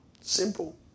Simple